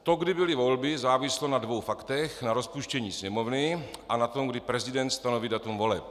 To, kdy byly volby, záviselo na dvou faktech na rozpuštění Sněmovny a na tom, kdy prezident stanoví datum voleb.